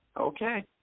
Okay